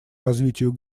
развитию